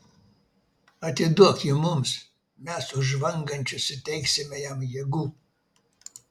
atiduok jį mums mes už žvangančius suteiksime jam jėgų